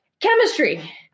chemistry